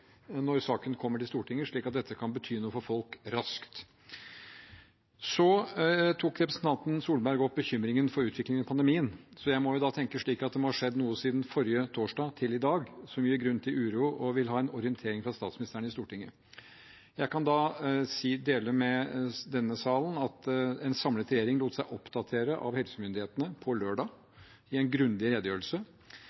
når saken kommer til Stortinget, slik at dette kan bety noe for folk raskt. Representanten Solberg tok opp bekymring for utviklingen i pandemien og vil ha en orientering av statsministeren i Stortinget. Jeg må da tenke at det må ha skjedd noe siden forrige torsdag til i dag, som gir grunn til uro. Jeg kan dele med denne salen at en samlet regjering lot seg oppdatere av helsemyndighetene på lørdag,